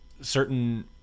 certain